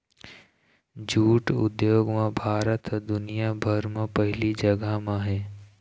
jute उद्योग म भारत ह दुनिया भर म पहिली जघा म हे